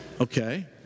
Okay